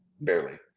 Barely